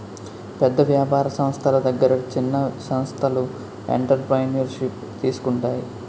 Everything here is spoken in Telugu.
పెద్ద వ్యాపార సంస్థల దగ్గర చిన్న సంస్థలు ఎంటర్ప్రెన్యూర్షిప్ తీసుకుంటాయి